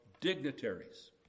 dignitaries